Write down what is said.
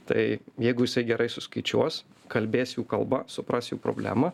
tai jeigu jisai gerai suskaičiuos kalbės jų kalba supras jų problemą